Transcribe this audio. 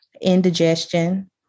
indigestion